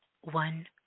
one